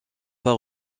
pas